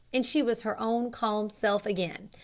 and she was her own calm self again.